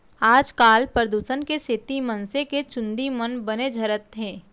आजकाल परदूसन के सेती मनसे के चूंदी मन बने झरत हें